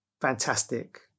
fantastic